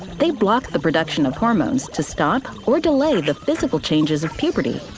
they block the production of hormones to stop or delay the physical changes of puberty.